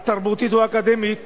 התרבותית או האקדמית